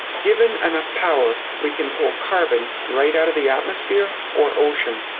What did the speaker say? given enough power, we can pull carbon right out of the atmosphere or ocean.